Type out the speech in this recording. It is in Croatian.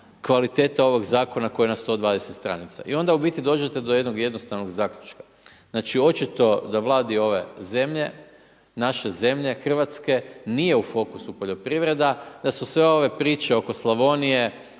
kvaliteta ovog zakona, koji je na 120 str. I onda u biti dođete do jednog jednostavnog zaključka, znači da očito da vladi ove zemlje, naše zemlje, Hrvatske nije u fokusu poljoprivreda, da su sve ove priče oko Slavonije,